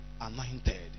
anointed